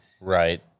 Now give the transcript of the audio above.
Right